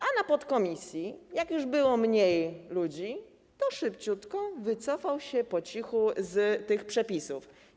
A w podkomisji, jak już było mniej ludzi, szybciutko wycofał się po cichu z tych przepisów.